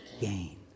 gain